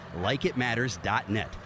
LikeItMatters.net